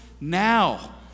now